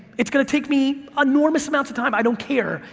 it's gonna take me enormous amounts of time, i don't care,